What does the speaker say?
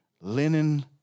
Linen